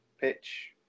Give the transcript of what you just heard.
pitch